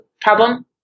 problem